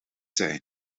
zijn